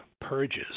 purges